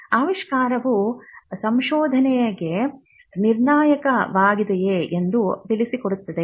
ಆವಿಷ್ಕಾರವು ಸಂಶೋಧಕನಿಗೆ ನಿರ್ಣಾಯಕವಾಗಿದೆಯೇ ಎಂದು ತಿಳಿಸಿಕೊಡುತ್ತದೆ